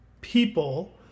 people